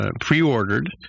pre-ordered